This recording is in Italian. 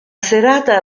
serata